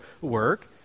work